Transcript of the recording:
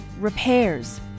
repairs